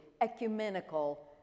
ecumenical